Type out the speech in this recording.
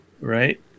right